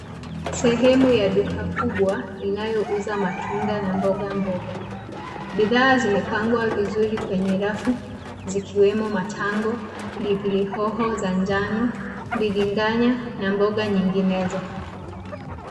Sehemu ya duka kubwa inayouza matunda na mboga mboga. Bidhaa zimepangwa vizuri kwenye rafu zikiwemo matango, pilipili hoho za njano, biringanya na mboga zinginezo.